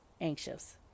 anxious